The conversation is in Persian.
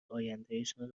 آیندهشان